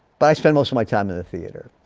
but i spent most of my time in the theater.